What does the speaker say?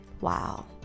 wow